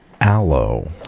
Aloe